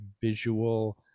visual